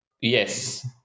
Yes